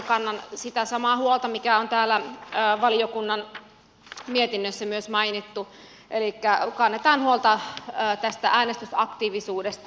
kannan sitä samaa huolta mikä on täällä valiokunnan mietinnössä myös mainittu elikkä kannetaan huolta äänestysaktiivisuudesta